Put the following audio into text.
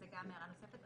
זו הערה נוספת.